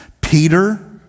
Peter